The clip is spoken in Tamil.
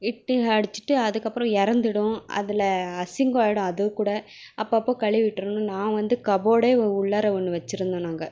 ஹிட்டு அடிச்சிட்டு அதுக்கு அப்புறம் இறந்துடும் அதில் அசிங்கம் ஆகிடும் அது கூட அப்போது அப்போது கழுவி விட்றனும் நான் வந்து கபோடே உள்ளார ஒன்று வச்சுருந்தோம் நாங்கள்